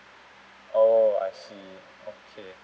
oh I see okay